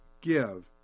give